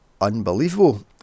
unbelievable